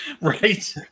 right